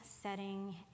Setting